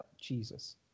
Jesus